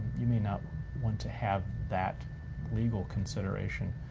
you may not want to have that legal consideration